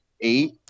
eight